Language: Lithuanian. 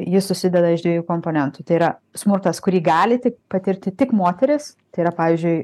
jis susideda iš dviejų komponentų tai yra smurtas kurį gali tik patirti tik moterys tai yra pavyzdžiui